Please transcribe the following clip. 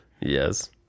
Yes